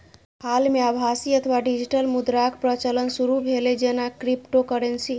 हाल मे आभासी अथवा डिजिटल मुद्राक प्रचलन शुरू भेलै, जेना क्रिप्टोकरेंसी